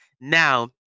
Now